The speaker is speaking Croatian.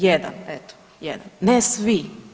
Jedan eto, jedan, ne svi.